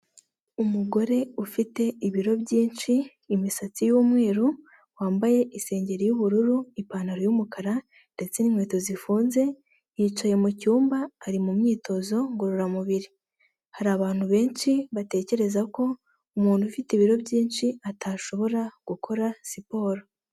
Umugore ufite ibiro byinshi, imisatsi y'umweru wambaye isengeri y'ubururu ,ipantaro y'umukara ndetse n'inkweto zifunze, yicaye mu cyumba ari mu myitozo ngororamubiri, hari abantu benshi batekereza ko umuntu ufite ibiro byinshi atashobora gukora siporo.